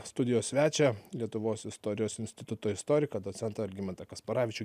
studijos svečią lietuvos istorijos instituto istoriką docentą algimantą kasparavičių